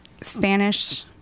Spanish